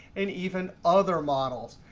and even other models.